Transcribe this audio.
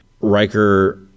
Riker